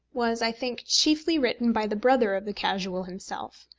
was, i think, chiefly written by the brother of the casual himself.